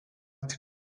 tik